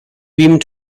beamed